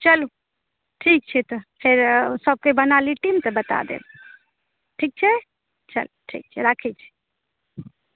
चलूँ ठीक छै तऽ फेर सभके बना ली टीम तऽ बता देब ठीक छै चलूँ ठीक छै राखए छी